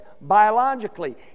biologically